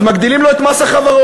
אז מגדילים לו את מס החברות.